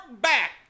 back